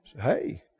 Hey